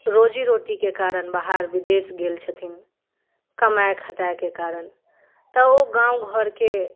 रोजी रोटीके कारण बाहर विदेश गेल छथिन कमाइ खटाइके कारण तऽ ओ गाँव घरके